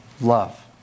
love